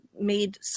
made